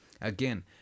again